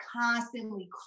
constantly